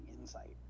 insight